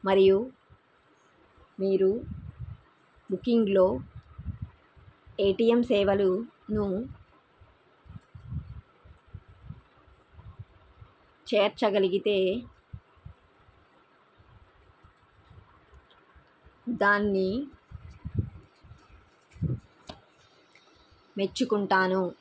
మరియు మీరు బుకింగ్లో ఏటీఎం సేవలను చేర్చగలిగితే దాన్ని మెచ్చుకుంటాను